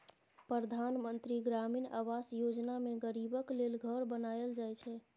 परधान मन्त्री ग्रामीण आबास योजना मे गरीबक लेल घर बनाएल जाइ छै